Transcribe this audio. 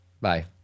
Bye